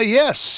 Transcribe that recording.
yes